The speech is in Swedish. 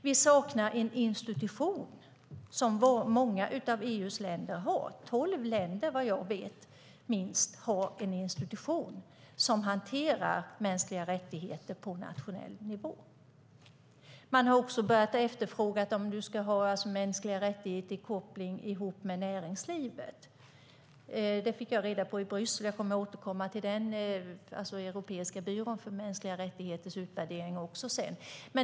Vi saknar en institution som många av EU:s länder har - minst tolv länder, vad jag vet, har en institution som hanterar mänskliga rättigheter på nationell nivå. Man har också börjat efterfråga mänskliga rättigheter kopplade till näringslivet. Det fick jag reda på i Bryssel; jag kommer att återkomma senare till den utvärdering som Europeiska unionens byrå för grundläggande rättigheter har gjort.